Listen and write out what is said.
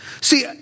See